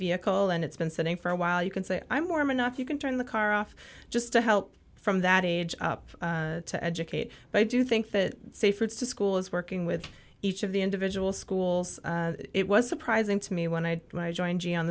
vehicle and it's been sitting for a while you can say i'm warm enough you can turn the car off just to help from that age up to educate but i do think that safe routes to schools working with each of the individual schools it was surprising to me when i joined me on